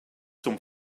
zum